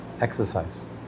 exercise